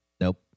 Nope